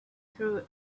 through